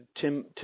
Tim